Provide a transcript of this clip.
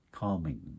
calming